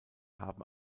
haben